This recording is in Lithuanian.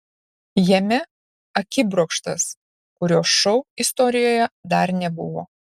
jame akibrokštas kurio šou istorijoje dar nebuvo